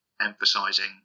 emphasizing